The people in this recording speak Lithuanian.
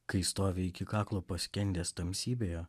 kai stovi iki kaklo paskendęs tamsybėje